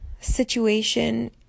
Situation